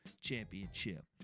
championship